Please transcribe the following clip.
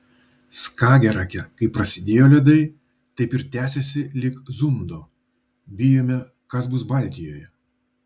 skagerake kaip prasidėjo ledai taip ir tęsiasi lig zundo bijome kas bus baltijoje